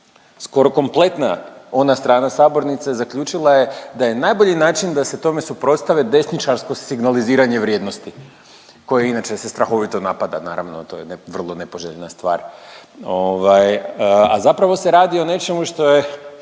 skoro kompletna ona strana sabornice zaključila je da je najbolji način da se tome suprotstave desničarsko signaliziranje vrijednosti koje inače se strahovito napada naravno to je vrlo nepoželjna stvar ovaj, a zapravo se radi o nečemu što